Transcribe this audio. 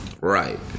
Right